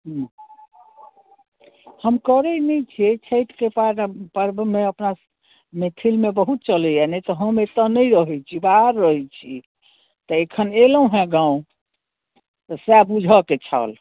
हम करै नहि छिए छठिके पाबनि पर्वमे अपना सब मैथिलमे बहुत चलैए नहि तऽ हम एतऽ नहि रहै छी बाहर रहै छी तऽ एखन अएलहुँ हँ गाँव तऽ सएह बुझैके छल